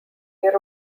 year